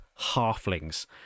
halflings